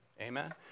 Amen